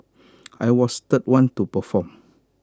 I was the third one to perform